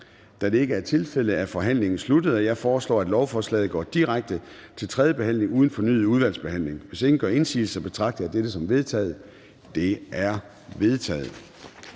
Da det ikke er tilfældet, er forhandlingen sluttet. Jeg foreslår, at lovforslaget går direkte til tredje behandling uden fornyet udvalgsbehandling. Hvis ingen gør indsigelse, betragter jeg dette som vedtaget. Det er vedtaget.